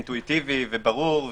אינטואיטיבי וברור,